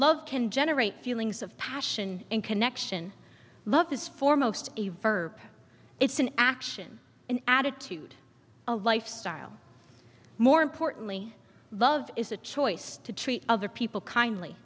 love can generate feelings of passion and connection love is foremost a verb it's an action an attitude a lifestyle more importantly the of is a choice to treat other people kindly